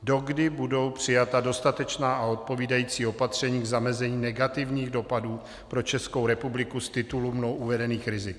Dokdy budou přijata dostatečná a odpovídající opatření k zamezení negativních dopadů pro Českou republiku z titulu mnou uvedených rizik?